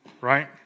right